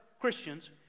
Christians